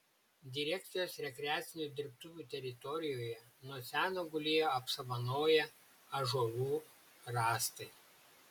direkcijos rekreacinių dirbtuvių teritorijoje nuo seno gulėjo apsamanoję ąžuolų rąstai